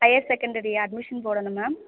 higher secondary admission போடணும் ma'am